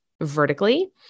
vertically